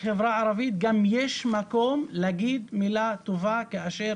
כחברה ערבית גם יש מקום להגיד מילה טובה כאשר